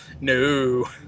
No